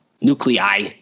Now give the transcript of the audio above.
nuclei